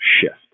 shift